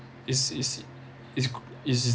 is is is c~ is